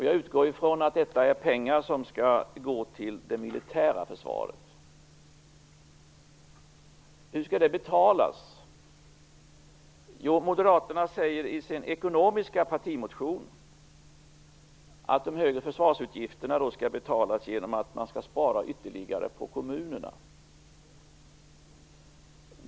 Jag utgår från att detta är pengar som skall gå till det militära försvaret. Hur skall det betalas? Jo, Moderaterna säger i sin ekonomiska partimotion att de högre försvarsutgifterna skall betalas genom att man skall spara ytterligare på kommunerna.